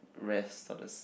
rest on the s~